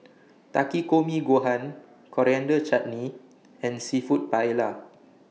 Takikomi Gohan Coriander Chutney and Seafood Paella